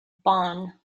bon